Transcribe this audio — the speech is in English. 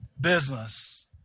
business